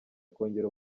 kongera